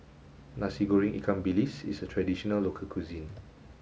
Nasi Goreng Ikan Bilis is a traditional local cuisine